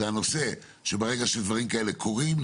זה הנושא שברגע שדברים כאלה קורים,